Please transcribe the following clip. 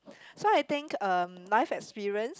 so I think um life experience